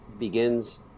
begins